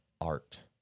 art